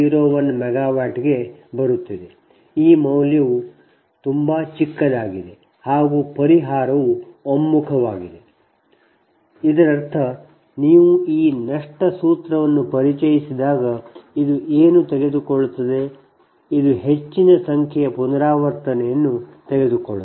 01 ಮೆಗಾವ್ಯಾಟ್ಗೆ ಬರುತ್ತಿದೆ ಈ ಮೌಲ್ಯವು ತುಂಬಾ ಚಿಕ್ಕದಾಗಿದೆ ಮತ್ತು ಪರಿಹಾರವು ಒಮ್ಮುಖವಾಗಿದೆ ಇದರರ್ಥ ನೀವು ಈ ನಷ್ಟ ಸೂತ್ರವನ್ನು ಪರಿಚಯಿಸಿದಾಗ ಇದು ಏನು ತೆಗೆದುಕೊಳ್ಳುತ್ತದೆ ಇದು ಹೆಚ್ಚಿನ ಸಂಖ್ಯೆಯ ಪುನರಾವರ್ತನೆಯನ್ನು ತೆಗೆದುಕೊಳ್ಳುತ್ತದೆ